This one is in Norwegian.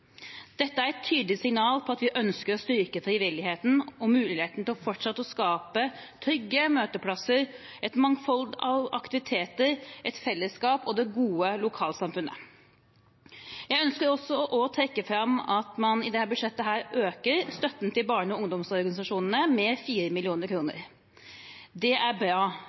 Dette er et tydelig signal om at vi ønsker å styrke frivilligheten og muligheten til fortsatt å skape trygge møteplasser, et mangfold av aktiviteter, et fellesskap og det gode lokalsamfunnet. Jeg ønsker også å trekke fram at man i dette budsjettet øker støtten til barne- og ungdomsorganisasjonene med 4 mill. kr. Det er bra,